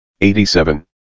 $87